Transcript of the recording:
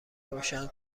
روشن